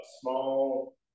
small